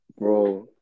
bro